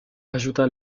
ajouta